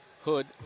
Hood